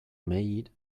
maid